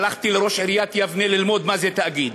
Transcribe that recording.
הלכתי לראש עיריית יבנה ללמוד מה זה תאגיד.